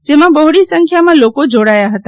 જેમાં બહોળી સંખ્યામાં લોકો જોડાયા હતા